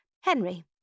Henry